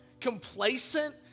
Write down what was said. complacent